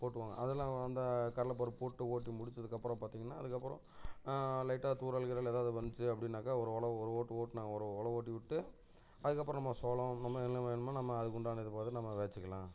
போட்டுப்பாங்க அதெல்லாம் அந்த கடலப்பருப்பு போட்டு ஓட்டி முடித்ததுக்கப்பறம் பார்த்தீங்கனா அதுக்கப்புறம் லைட்டாக தூறல் கீறல் ஏதாவது வந்துச்சு அப்படினாக்கால் ஒரு ஒழவு ஒரு ஓட்டு ஓட்டினா ஒரு ஒழவு ஓட்டி விட்டு அதுக்கப்புறம் நம்ம சோளம் நம்ம என்ன வேணுமோ நம்ம அதுக்குண்டானது பார்த்துட்டு நம்ம விதச்சிக்கலாம்